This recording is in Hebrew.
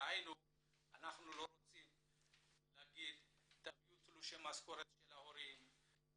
דהיינו אנחנו לא רוצים להגיד שיביאו תלושי משכורת של ההורים,